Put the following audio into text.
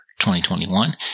2021